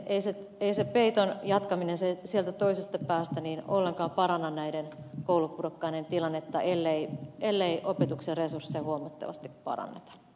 ei se peiton jatkaminen sieltä toisesta päästä ollenkaan paranna näiden koulupudokkaiden tilannetta ellei opetuksen resursseja huomattavasti paranneta